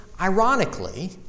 Ironically